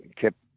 kept